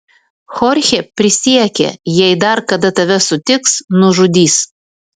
chorchė prisiekė jei dar kada tave sutiks nužudys